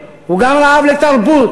הוא גם רעב לאיכות חיים, הוא גם רעב לתרבות,